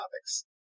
topics